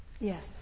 Yes